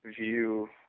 view